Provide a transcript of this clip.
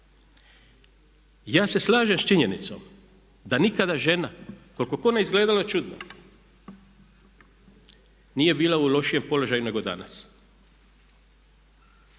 Ja se slažem s činjenicom da nikada žena, koliko god kome izgledalo čudno, nije bila u lošijem položaju nego danas.